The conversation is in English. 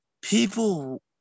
people